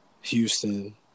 Houston